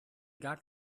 gar